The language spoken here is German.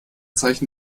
zeichen